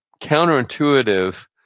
counterintuitive